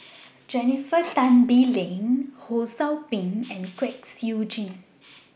Jennifer Tan Bee Leng Ho SOU Ping and Kwek Siew Jin